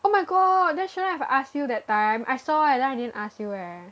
oh my god then shouldn't I have asked you that time I saw eh then I didn't ask you eh